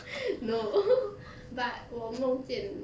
no but 我梦见